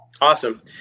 Awesome